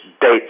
dates